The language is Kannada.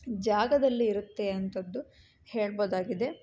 ಜಾಗದಲ್ಲಿರುತ್ತೆ ಅಂತದ್ದು ಹೇಳ್ಬೋದಾಗಿದೆ